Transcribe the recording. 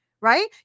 Right